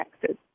taxes